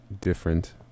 different